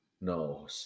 No